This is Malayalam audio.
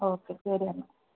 ഓക്കെ ശരി എന്നാൽ